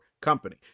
company